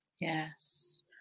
Yes